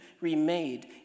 remade